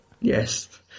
Yes